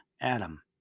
Adam